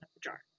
jar